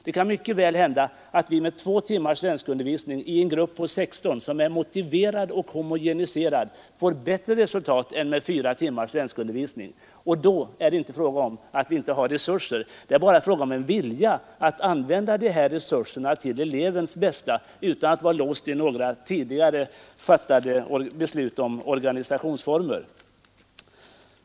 Det kan mycket väl hända att vi med två timmars svenskundervisning i en grupp på 16 elever, som är motiverad och homogeniserad, får ett bättre resultat än med fyra timmars svenskundervisning i en stor grupp. Och då är det således inte fråga om att vi inte har resurser; det är bara fråga om en vilja att använda de resurser som finns till elevens bästa utan att vara låst vid några tidigare fattade beslut om organisationsformer.